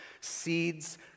seeds